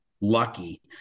lucky